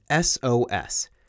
SOS